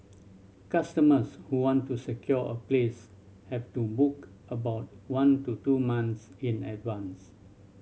customers who want to secure a place have to book about one to two month in advance